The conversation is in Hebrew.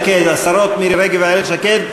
השרות מירי רגב ואיילת שקד,